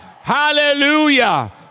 Hallelujah